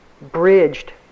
bridged